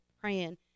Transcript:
praying